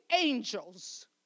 angels